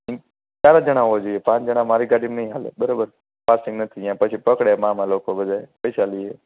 ચાર જ જણ હોવા જોઈએ પાંચ જણ મારી ગાડીમાં નહીં ચાલે બરાબર પાસિંગ નથી પછી પકડે ત્યાં મામા લોકો બધા પૈસા લે